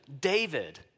David